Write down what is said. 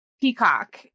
peacock